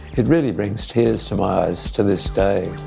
it really brings tears to my eyes to this day.